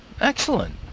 Excellent